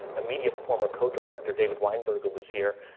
immediate former co-director, david weinberger, was here,